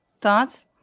thoughts